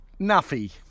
nuffy